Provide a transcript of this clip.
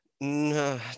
No